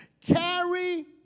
Carry